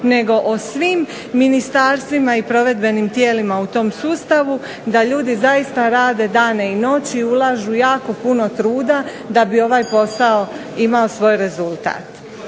nego o svim ministarstvima i provedbenim tijelima u tom sustavu, da ljudi zaista rade dane i noći, ulažu jako puno truda da bi ovaj posao imao svoj rezultat.